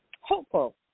hopeful